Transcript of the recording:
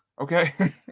okay